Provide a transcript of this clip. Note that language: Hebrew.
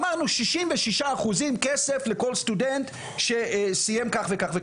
אמרנו שישים ושישה אחוזים כסף לכל סטודנט שסיים כך וכך.